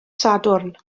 sadwrn